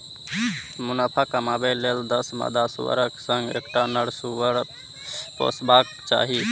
मुनाफा कमाबै लेल दस मादा सुअरक संग एकटा नर सुअर पोसबाक चाही